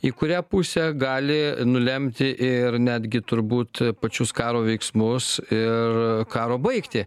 į kurią pusę gali nulemti ir netgi turbūt pačius karo veiksmus ir karo baigtį